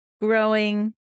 growing